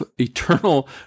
eternal